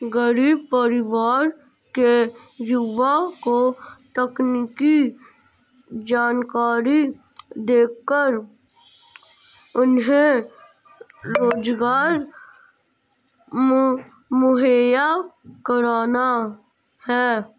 गरीब परिवार के युवा को तकनीकी जानकरी देकर उन्हें रोजगार मुहैया कराना है